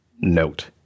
note